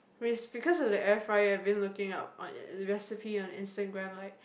it's because of the air fryer been looking out on the recipe on Instagram like